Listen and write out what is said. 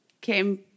came